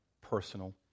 personal